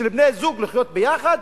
של בני-זוג לחיות ביחד,